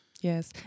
Yes